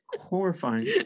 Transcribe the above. horrifying